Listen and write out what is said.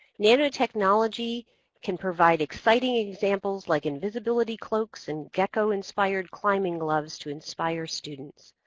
nanotechnology can provide exciting examples like invisibility cloaks and gecko inspired climbing gloves to inspire students.